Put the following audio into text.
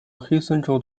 黑森州